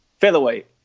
featherweight